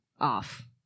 off